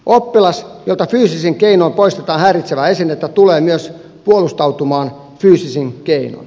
oppilas jolta fyysisin keinoin poistetaan häiritsevää esinettä tulee myös puolustautumaan fyysisin keinoin